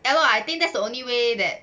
ya lor I think that's the only way that